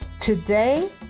Today